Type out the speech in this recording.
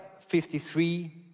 53